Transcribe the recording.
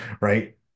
right